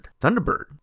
Thunderbird